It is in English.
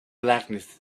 blackness